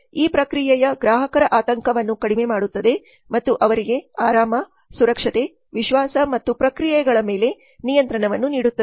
ಈ ಪ್ರಕ್ರಿಯೆಯು ಗ್ರಾಹಕರ ಆತಂಕವನ್ನು ಕಡಿಮೆ ಮಾಡುತ್ತದೆ ಮತ್ತು ಅವರಿಗೆ ಆರಾಮ ಸುರಕ್ಷತೆ ವಿಶ್ವಾಸ ಮತ್ತು ಪ್ರಕ್ರಿಯೆಗಳ ಮೇಲೆ ನಿಯಂತ್ರಣವನ್ನು ನೀಡುತ್ತದೆ